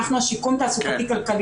אנחנו השיקום התעסוקתי-כלכלי.